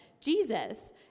Jesus